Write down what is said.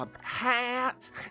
hats